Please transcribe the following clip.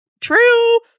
true